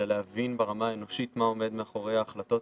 אלא להבין ברמה האנושית מה עומד מאחורי ההחלטות